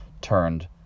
turned